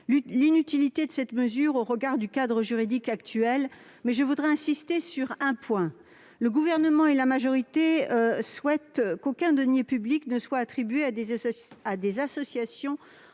l'inutilité d'une telle mesure au regard du cadre juridique actuel, mais je voudrais insister sur un point. Le Gouvernement et la majorité souhaitent qu'aucun denier public ne soit attribué à des associations